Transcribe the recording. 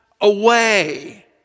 away